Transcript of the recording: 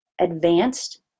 Advanced